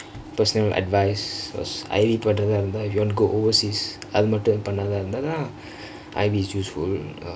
personal advice was I_B பன்ரதா இருந்தா:panratha irunthaa you want to go overseas அது மட்டும் பன்ரதா இருந்தா:athu mattum panratha irunthaa thaan I_B is useful